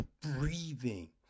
breathing